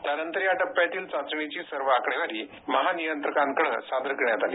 त्यानंतर या टप्प्यातील चाचणीची सर्व आकडेवारी महानियंत्रकांकडे सादर करण्यात आली